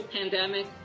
pandemic